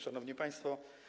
Szanowni Państwo!